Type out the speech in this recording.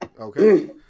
Okay